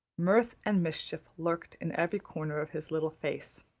mirth and mischief lurked in every corner of his little face.